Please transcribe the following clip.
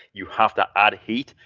you have to add heat,